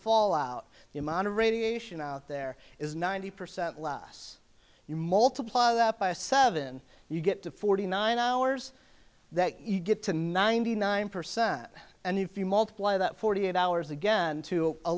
fallout the amount of radiation out there is ninety percent last year multiply that by a seven you get to forty nine hours that you get to ninety nine percent and if you multiply that forty eight hours again to a